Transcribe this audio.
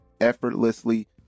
effortlessly